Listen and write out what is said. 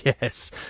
Yes